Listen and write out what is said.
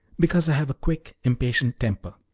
because i have a quick, impatient temper.